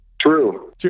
true